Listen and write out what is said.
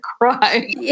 cry